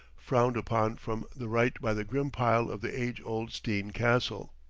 frowned upon from the right by the grim pile of the age-old steen castle.